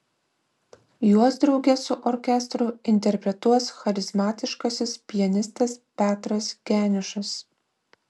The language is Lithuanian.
juos drauge su orkestru interpretuos charizmatiškasis pianistas petras geniušas